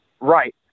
Right